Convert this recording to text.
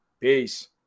Peace